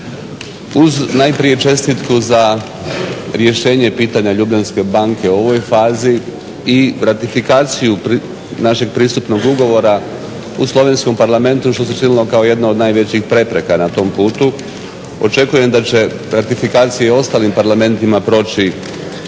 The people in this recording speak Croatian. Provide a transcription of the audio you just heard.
uz najprije čestitku za rješenje pitanja Ljubljanske banke u ovoj fazi i ratifikaciju našeg pristupnog ugovora u slovenskom parlamentu što se činilo kao jedna od najvećih prepreka na tom putu. Očekujem da će ratifikacija u ostalim parlamentima proći